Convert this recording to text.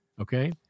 Okay